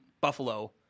Buffalo